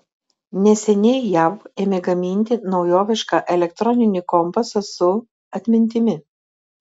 neseniai jav ėmė gaminti naujovišką elektroninį kompasą su atmintimi